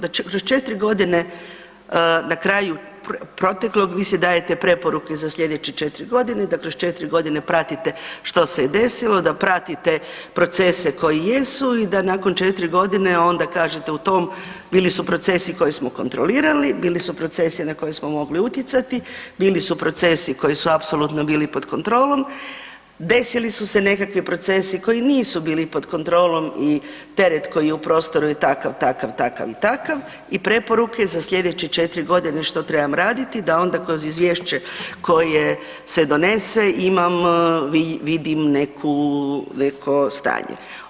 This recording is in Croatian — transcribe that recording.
Da kroz 4 godine, na kraju proteklog vi sad dajete preporuke za slijedeće 4 godine, da kroz 4 godine pratite što se je desilo, da pratite procese koji jesu i da nakon 4 godine onda kažete u tom bili su procesi koje smo kontrolirali, bili su procesi na koje smo mogli utjecati, bili su procesi koji su apsolutno bili pod kontrolom, desili su se nekakvi procesi koji nisu bili pod kontrolom i teret koji je u prostoru je takav, takav, takav i takav i preporuke za slijedeće 4 godine što trebam raditi da onda kroz izvješće koje se donese, imam, vidim neku, neko stanje.